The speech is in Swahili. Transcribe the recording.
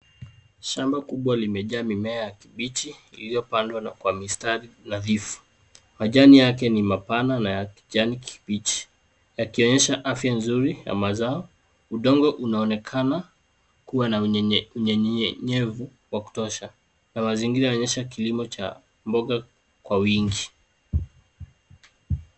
Shamba kubwa limejaa mimea ya kabichi iliyopandwa kwa mistari nadhifu. Majani yake ni mapana na ya kijani kibichi yakionyesha afya nzuri ya mazao. Udongo unaonekana kuwa na unyevunyevu wa kutosha na mazingira unaonesha kilimo cha mboga kwa wingi.